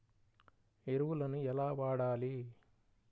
ఎరువులను ఎలా వాడాలి?